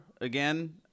again